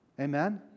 Amen